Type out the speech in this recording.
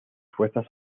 fuerzas